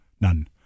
none